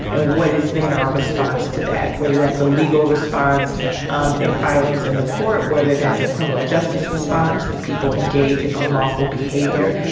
and what is then our response to that. whether that's a legal response um in filings in the court. whether that's a criminal justice response if people engage in unlawful behavior.